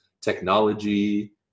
technology